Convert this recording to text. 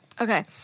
Okay